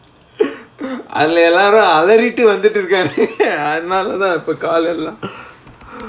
அதுல எல்லாரும் அலறிட்டு வந்துட்டு இருக்கானுங்க அதனால தான் இப்ப:athula ellarum alaritu vanthutu irukaanunga athanaala thaan ippa call எல்லா:ellaa